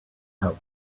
help